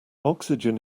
oxygen